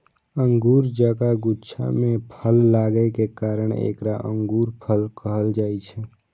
अंगूर जकां गुच्छा मे फल लागै के कारण एकरा अंगूरफल कहल जाइ छै